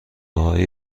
های